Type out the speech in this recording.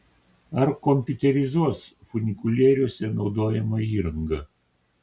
ar kompiuterizuos funikulieriuose naudojamą įrangą